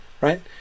Right